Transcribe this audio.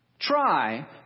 Try